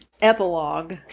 epilogue